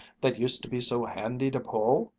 that used to be so handy to pull?